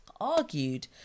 argued